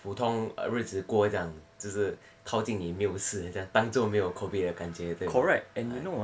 普通日子过这样就是靠近你没有事这样当作没有 COVID 的感觉对吗